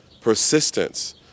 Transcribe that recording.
persistence